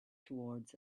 towards